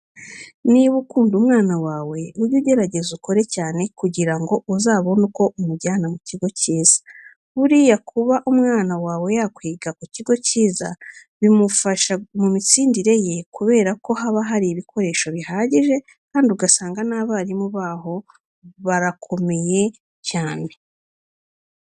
Niba ukunda umwana wawe ujye ugerageza ukore cyane kugira ngo uzabone uko umujyana mu kigo cyiza. Buriya kuba umwana wawe yakwiga ku kigo cyiza bimufasha mu mitsindire ye kubera ko haba hari ibikoresho bihagije kandi ugasanga n'abarimu baho barakomeye cyane.